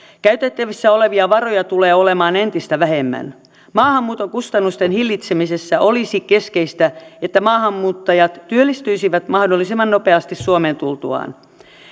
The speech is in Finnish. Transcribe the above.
käytettävissä olevia varoja tulee olemaan entistä vähemmän maahanmuuton kustannusten hillitsemisessä olisi keskeistä että maahanmuuttajat työllistyisivät mahdollisimman nopeasti suomeen tultuaan